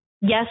Yes